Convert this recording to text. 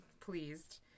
pleased